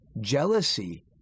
jealousy